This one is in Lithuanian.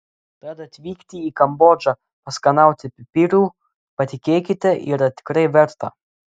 tad atvykti į kambodžą paskanauti pipirų patikėkite yra tikrai verta